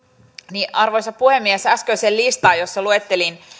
arvoisa puhemies äskeisessä listassa jossa luettelin